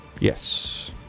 Yes